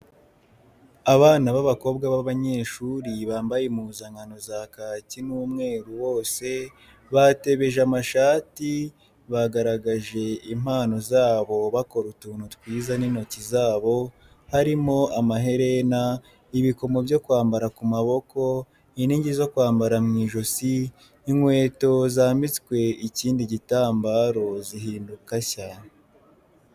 Abana b'abakobwa b'abanyeshuri mbambaye impuzankano za kaki n'umweru bose batebeje amashati, bagaragaje impano zabo bakora utuntu twiza n'intoki zabo harimo amaherena, ibikomo byo kwambara ku maboko, inigi zo kwambara mw'ijosi, inkweto zambitswe ikindi gitambaro zihinduka nshya.